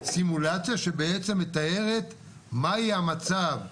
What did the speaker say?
סימולציה שבעצם מתארת מה יהיה המצב ל-2021,